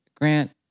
grant